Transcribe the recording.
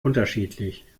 unterschiedlich